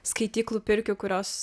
skaityklų pirkių kurios